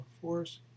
force